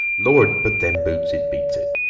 lord! but them boots! it beats it.